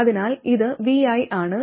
അതിനാൽ ഇത് vi ആണ്